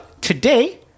today